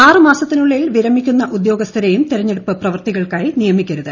ആറ് മാസത്തിനുള്ളിൽ വിരമിക്കുന്ന ഉദ്യോഗസ്ഥരെയും തെരഞ്ഞെടുപ്പ് പ്രവൃത്തികൾക്കായി നിയമിക്കരുത്